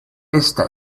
esta